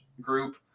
group